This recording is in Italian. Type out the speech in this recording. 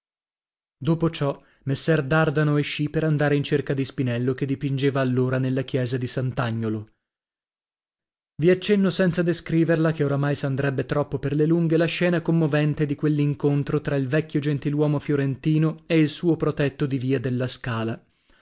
dopo ciò messer dardano escì per andare in cerca di spinello che dipingeva allora nella chiesa di sant'agnolo vi accenno senza descriverla che oramai s'andrebbe troppo per le lunghe la scena commovente di quell'incontro tra il vecchio gentiluomo fiorentino e il suo protetto di via della scala